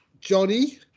Johnny